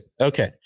Okay